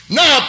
Now